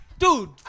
Dude